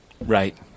Right